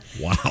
Wow